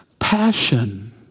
Passion